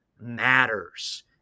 matters